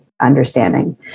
understanding